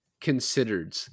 considered